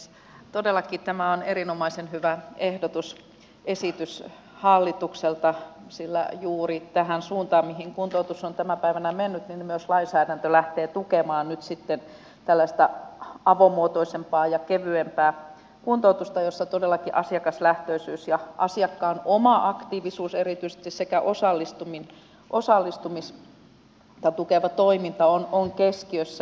todellakin tämä on erinomaisen hyvä esitys hallitukselta sillä juuri tähän suuntaan mihin kuntoutus on tänä päivänä mennyt myös lainsäädäntö lähtee tukemaan nyt sitten tällaista avomuotoisempaa ja kevyempää kuntoutusta jossa todellakin asiakaslähtöisyys ja asiakkaan oma aktiivisuus erityisesti sekä osallistumista tukeva toiminta ovat keskiössä